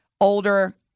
older